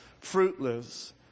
fruitless